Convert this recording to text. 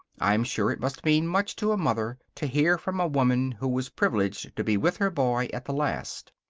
i'm sure it must mean much to a mother to hear from a woman who was privileged to be with her boy at the last.